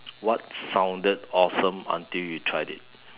what sounded awesome until you tried it